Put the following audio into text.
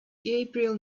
gabriel